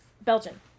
Belgian